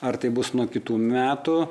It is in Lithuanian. ar tai bus nuo kitų metų